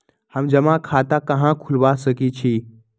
हम जमा खाता कहां खुलवा सकई छी?